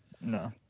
no